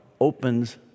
opens